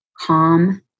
calm